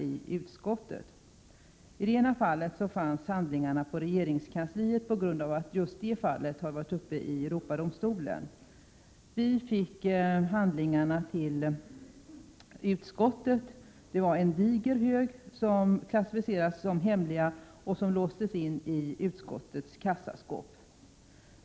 I ett fall fanns handlingarna på regeringskansliet på grund av att just det fallet behandlats av Europadomstolen. Utskottet fick ta del av en mängd handlingar. Det var en diger hög som hade klassificerats som hemliga och som därför låstes in i utskottets kassaskåp.